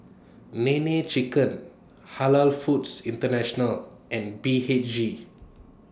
Nene Chicken Halal Foods International and B H G